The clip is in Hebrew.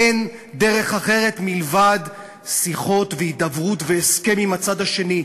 אין דרך אחרת מלבד שיחות והידברות והסכם עם הצד השני.